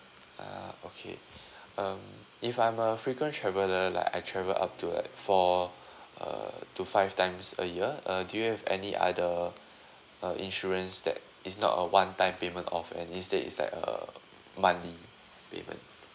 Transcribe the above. ah okay um if I'm a frequent traveller like I travel up to like four err to five times a year uh do you have any other uh insurance that is not a one time payment off and instead it's like a monthly payment